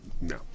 no